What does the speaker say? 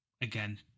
Again